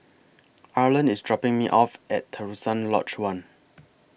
Arlan IS dropping Me off At Terusan Lodge one